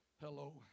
Hello